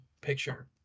picture